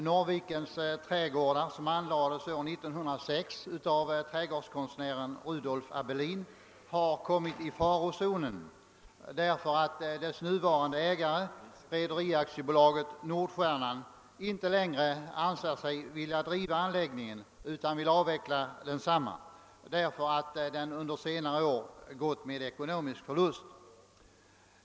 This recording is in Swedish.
Norrvikens trädgårdar som anlades år 1906 av trädgårdskonstnären Rudolf Abelin har kommit i farozonen, därför att deras nuvarande ägare, Re önskar avveckla den, då den under senare år gått med förlust.